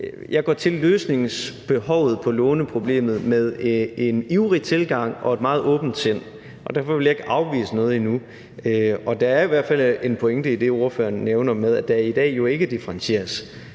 behovet for løsningen af låneproblemet med iver og et meget åbent sind. Derfor vil jeg ikke afvise noget endnu. Der er i hvert fald en pointe i det, ordføreren nævner med, at der i dag jo ikke differentieres